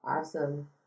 Awesome